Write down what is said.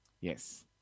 Yes